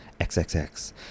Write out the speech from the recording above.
XXX